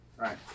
Right